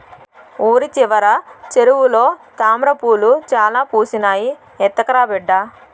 ఊరి చివర చెరువులో తామ్రపూలు చాలా పూసినాయి, ఎత్తకరా బిడ్డా